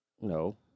no